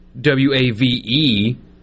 W-A-V-E